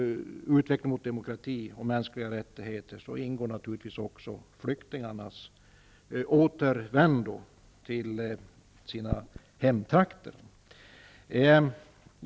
I denna utveckling mot demokrati och mänskliga rättigheter ingår naturligtvis också flyktingarnas återvändande till sina hemtrakter.